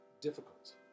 difficult